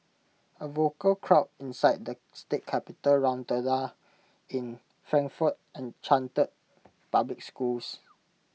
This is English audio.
A vocal crowd inside the state capitol rotunda in Frankfort and chanted public schools